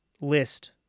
list